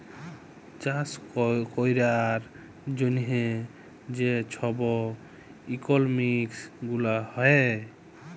চাষ ক্যরার জ্যনহে যে ছব ইকলমিক্স গুলা হ্যয়